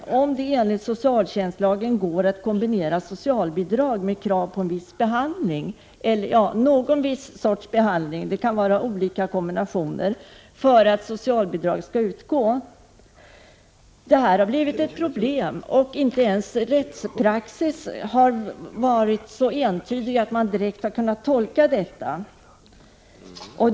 Frågan är om det enligt socialtjänstlagen går att kombinera socialbidrag med krav på en viss behandling — det kan handla om olika kombinationer — för att socialbidrag skall utgå. Det här har blivit ett problem. Inte ens när det gäller rättspraxis har uttalandena varit så entydiga att man direkt har kunnat göra en tolkning.